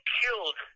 killed